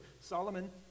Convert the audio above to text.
Solomon